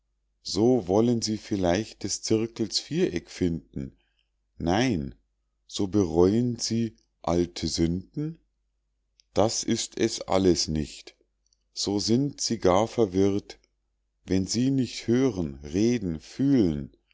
so wollen sie vielleicht des zirkels viereck finden nein so bereu'n sie alte sünden das ist es alles nicht so sind sie gar verwirrt wenn sie nicht hören reden fühlen